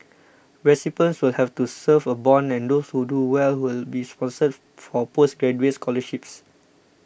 recipients will have to serve a bond and those who do well will be sponsored for postgraduate scholarships